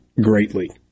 greatly